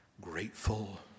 grateful